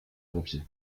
pompier